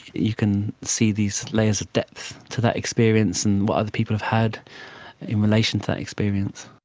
you can see these layers of depth to that experience and what other people have had in relation to that experience.